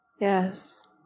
Yes